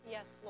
Yes